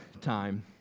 time